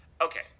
Okay